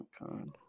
God